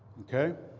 ok?